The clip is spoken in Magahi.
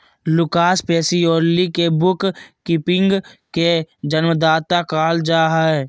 लूकास पेसियोली के बुक कीपिंग के जन्मदाता कहल जा हइ